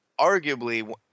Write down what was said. arguably